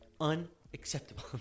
Unacceptable